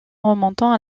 remontant